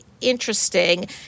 interesting